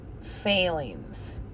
failings